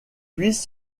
puise